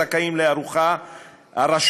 אנחנו מסכימים לתשובה והצבעה במועד אחר.